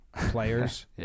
players